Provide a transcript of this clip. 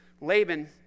Laban